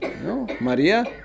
Maria